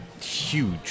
huge